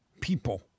people